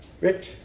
Rich